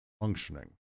functioning